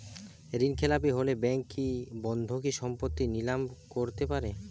ঋণখেলাপি হলে ব্যাঙ্ক কি বন্ধকি সম্পত্তি নিলাম করতে পারে?